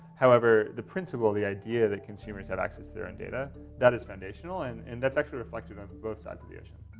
however, the principle, the idea that consumers had access there and data that is foundational and and that's actually reflected on both sides of the ocean.